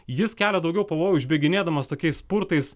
jis kelia daugiau pavojų užbėginėdamas tokiais spurtais